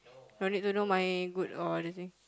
no need to know my good or anything